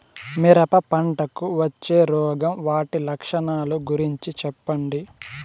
మిరప పంటకు వచ్చే రోగం వాటి లక్షణాలు గురించి చెప్పండి?